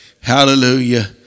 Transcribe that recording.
Hallelujah